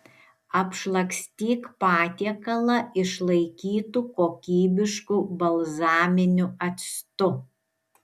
apšlakstyk patiekalą išlaikytu kokybišku balzaminiu actu